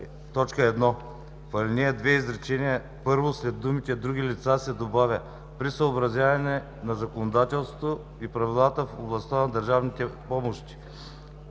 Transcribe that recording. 1. В ал. 2 изречение първо след думите „други лица” се добавя „при съобразяване на законодателството и правилата в областта на държавните помощи”,